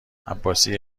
عباسی